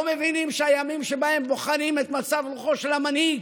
לא מבינים שהימים שבהם בוחנים את מצב רוחו של המנהיג,